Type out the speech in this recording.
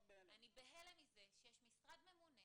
אני בהלם מזה שיש משרד ממונה